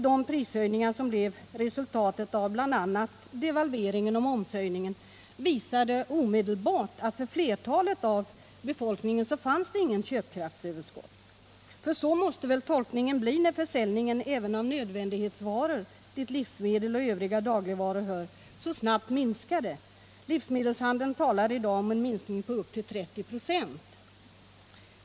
De prishöjningar som blev resultatet av bl.a. devalveringen och momshöjningen visade omedelbart att för flertalet av befolkningen fanns inget köpkraftsöverskott. För så måste väl tolkningen bli när även försäljningen av nödvändighetsvaror, dit livsmedel och övriga dagligvaror hör, så snabbt minskade. Livsmedelshandeln talar i dag om en minskning på upp till 30 96.